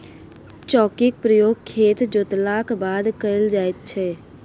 चौकीक प्रयोग खेत जोतलाक बाद कयल जाइत छै